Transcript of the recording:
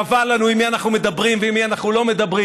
קבע לנו עם מי אנחנו מדברים ועם מי אנחנו לא מדברים.